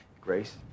Grace